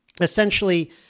essentially